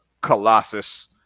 Colossus